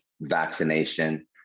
vaccination